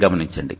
గమనించండి